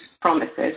promises